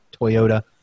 Toyota